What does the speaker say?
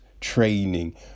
training